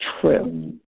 true